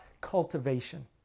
cultivation